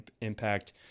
impact